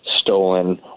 stolen